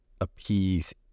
appease